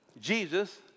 Jesus